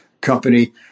company